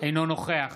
אינו נוכח